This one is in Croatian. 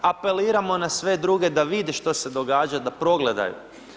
Apeliramo na sve druge da vide što se događa, da progledaju.